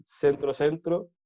centro-centro